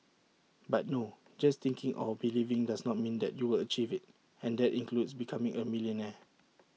but no just thinking or believing does not mean that you will achieve IT and that includes becoming A millionaire